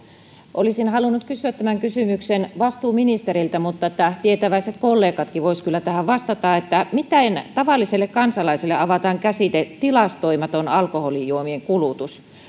olisin halunnut kysyä tämän kysymyksen vastuuministeriltä mutta tietäväiset kollegatkin voisivat kyllä tähän vastata miten tavalliselle kansalaiselle avataan käsite tilastoimaton alkoholijuomien kulutus